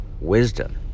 wisdom